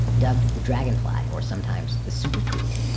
dubbed the dragonfly or sometimes the super tweak.